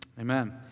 Amen